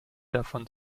davon